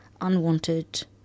unwanted